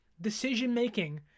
decision-making